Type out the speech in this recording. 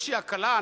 איזו הקלה,